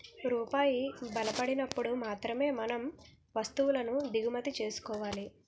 రూపాయి బలపడినప్పుడు మాత్రమే మనం వస్తువులను దిగుమతి చేసుకోవాలి